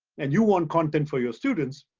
and you want content for your students,